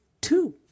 two